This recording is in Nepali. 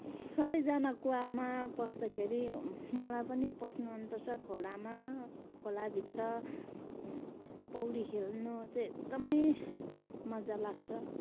सबैजना कुवामा पस्दाखेरि मलाई पनि पस्नु मनपर्छ खोलामा खोलाभित्र पौडी खेल्नु चाहिँ एकदमै मज्जा लाग्छ